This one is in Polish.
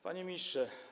Panie Ministrze!